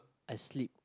I slip